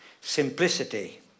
Simplicity